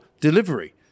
delivery